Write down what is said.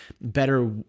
better